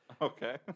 Okay